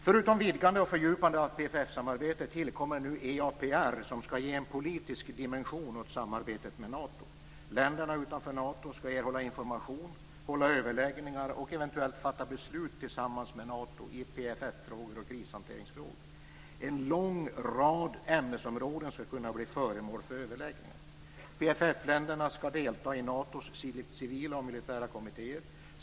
Förutom vidgandet och fördjupandet av PFF samarbetet tillkommer nu EAPR som skall ge en politisk dimension åt samarbetet med Nato. Länderna utanför Nato skall erhålla information, hålla överläggningar och eventuellt fatta beslut tillsammans med Nato i PFF-frågor och krishanteringsfrågor. En lång rad ämnesområden skall kunna bli föremål för överläggningar. PFF-länderna skall delta i Natos civila och militära kommittéer.